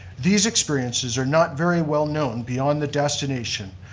these experiences are not very well-known beyond the destination,